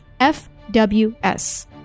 FWS